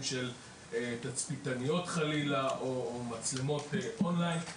של תצפיתניות חלילה או מצלמות און-ליין.